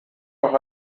auch